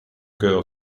girl